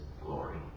glory